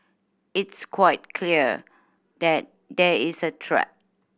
it's quite clear that there is a threat